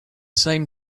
same